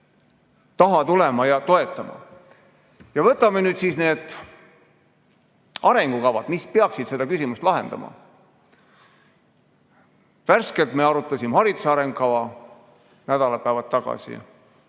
taha tulema ja toetama. Ja võtame siis need arengukavad, mis peaksid selle küsimuse lahendama. Me arutasime hariduse arengukava värskelt, nädalapäevad tagasi.